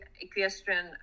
equestrian